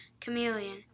chameleon